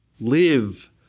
live